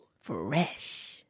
Fresh